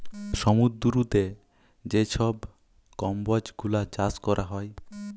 সমুদ্দুরেতে যে ছব কম্বজ গুলা চাষ ক্যরা হ্যয়